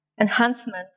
enhancement